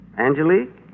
Angelique